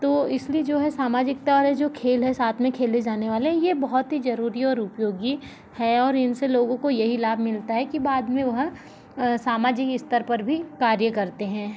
तो इसलिए जो है सामाजिकता वाले जो खेल हैं साथ में खेले जाने वाले ये बहुत ही ज़रूरी और उपयोगी हैं और इनसे लोगों को यही लाभ मिलता है कि बाद में वह सामाजिक स्तर पर भी कार्य करते हैं